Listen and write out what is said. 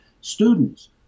students